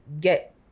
get